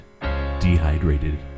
dehydrated